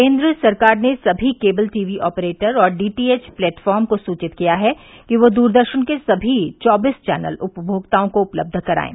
केन्द्र सरकार ने समी केवल टी वी ऑपरेटर और डी टी एव प्लेटफॉर्म को सूचित किया है कि वे दूरदर्शन के समी चौबीस चैनल उपमोक्ताओं को उपलब्ध करायें